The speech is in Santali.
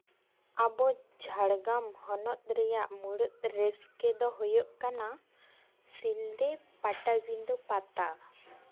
ᱟᱵᱚ ᱡᱷᱟᱲᱜᱨᱟᱢ ᱦᱚᱱᱚᱛ ᱨᱮᱭᱟᱜ ᱢᱩᱬᱩᱫ ᱨᱟᱹᱥᱠᱟᱹ ᱫᱚ ᱦᱩᱭᱩᱜ ᱠᱟᱱᱟ ᱥᱤᱞᱫᱟᱹ ᱯᱟᱴᱟᱵᱤᱫᱟᱹ ᱯᱟᱛᱟ